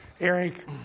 Eric